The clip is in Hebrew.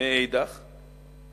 מאידך גיסא.